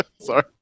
sorry